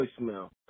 voicemail